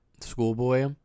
schoolboy